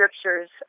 scriptures